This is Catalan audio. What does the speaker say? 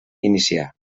iniciar